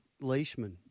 Leishman